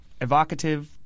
evocative